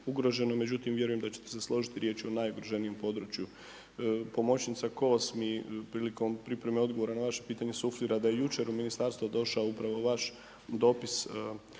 Međutim, vjerujem da ćete se složiti riječ je o najugroženijem području. Pomoćnica Kos mi prilikom pripreme odgovora na vaše pitanje suflira da je jučer u Ministarstvo došao upravo vaš dopis